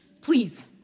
Please